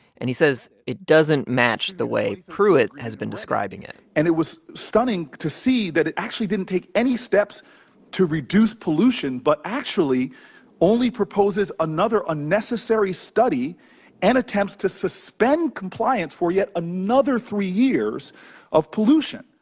and he says it doesn't match the way pruitt has been describing it and it was stunning to see that it actually didn't take any steps to reduce pollution but actually only proposes another unnecessary study and attempts to suspend compliance for yet another three years of pollution.